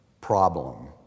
problem